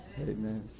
Amen